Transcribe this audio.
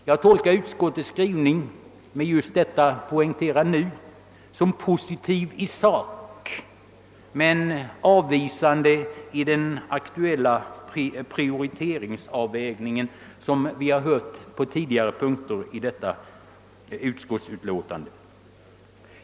Jag tolkar utskottets skrivning med användande av ordet »nu» som positiv i sak men avvisande beträffande den aktuella prioriteringsavvägningen, vilket vi också märkt vid tidigare punkter i detta utskottsutlåtande.